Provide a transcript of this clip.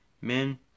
Men